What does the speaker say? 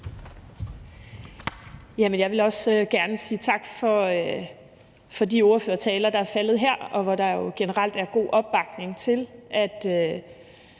Jeg vil også gerne sige tak for de ordførertaler, der er faldet her, og hvor der jo generelt er god opbakning til, at